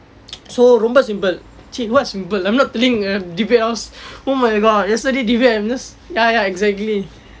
so ரொம்ப:romba simple !chey! what simple I'm not telling a debate oh my god yesterday debate I'm just ya ya exactly